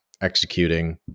executing